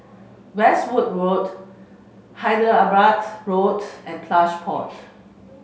Westwood Road Hyderabad Road and Plush Pot